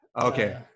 Okay